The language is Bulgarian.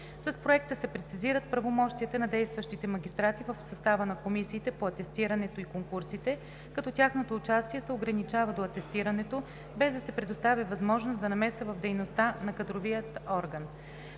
С Проекта се прецизират правомощията на действащите магистрати в състава на комисиите по атестирането и конкурсите, като тяхното участие се ограничава до атестирането, без да се предоставя възможност за намеса в дейността на кадровия орган.